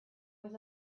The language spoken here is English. was